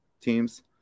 teams